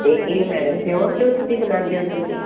ਇਹ ਇਹ madam pure ਦੁੱਧ ਦੀ ਬਣਾਉਂਦੇ ਹੋ ਤੁਸੀਂ